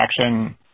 action